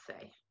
say